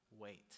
Wait